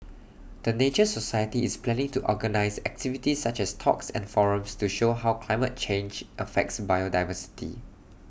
the nature society is planning to organise activities such as talks and forums to show how climate change affects biodiversity